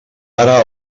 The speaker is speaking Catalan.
ara